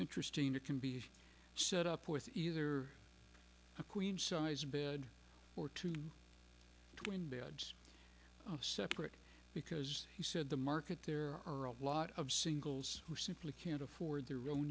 interesting it can be set up with either a queen sized bed or two twin beds separate because he said the market there are a lot of singles who simply can't afford the